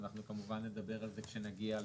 אנחנו כמובן נדבר על זה עת נגיע לסעיף.